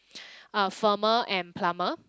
are firmer and plumper